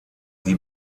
die